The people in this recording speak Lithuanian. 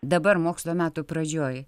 dabar mokslo metų pradžioj